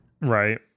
Right